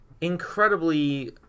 incredibly